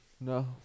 No